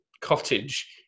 cottage